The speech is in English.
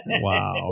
Wow